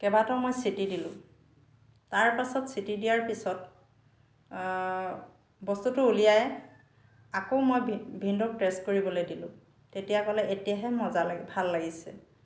কেইবাটাও মই চিটি দিলোঁ তাৰ পাছত চিটি দিয়াৰ পিছত বস্তুটো উলিয়াই আকৌ মই ভিন ভিনদেউক টেষ্ট কৰিবলৈ দিলোঁ তেতিয়া ক'লে এতিয়াহে মজা লাগে ভাল লাগিছে